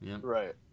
right